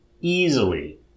easily